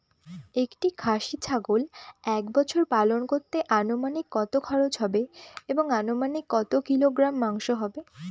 একটি খাসি ছাগল এক বছর পালন করতে অনুমানিক কত খরচ হবে এবং অনুমানিক কত কিলোগ্রাম মাংস হবে?